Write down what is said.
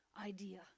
idea